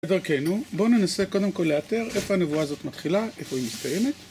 לדרכנו בואו ננסה קודם כל לאתר איפה הנבואה הזאת מתחילה, איפה היא מסתיימת